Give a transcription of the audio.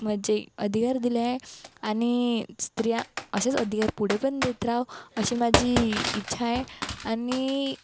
मजे अधिकार दिले आहे आणि स्त्रिया असेच अधिकार पुढे पण देत राहो अशी माझी इच्छा आहे आणि